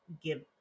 give